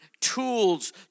tools